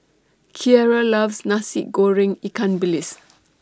Kiera loves Nasi Goreng Ikan Bilis